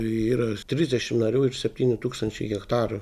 yra trisdešim narių ir septyni tūkstančiai hektarų